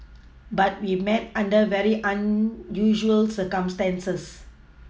but we met under very unusual circumstances